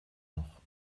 noch